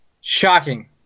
Shocking